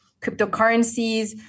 cryptocurrencies